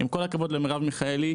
עם כל הכבוד למרב מיכאלי,